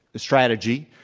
strategy,